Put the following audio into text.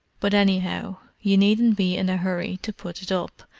but anyhow, you needn't be in a hurry to put it up,